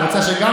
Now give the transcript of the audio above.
את רוצה שגם,